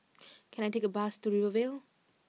can I take a bus to Rivervale